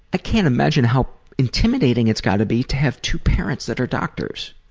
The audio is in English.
can't imagine how intimidating it's got to be to have two parents that are doctors.